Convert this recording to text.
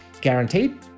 guaranteed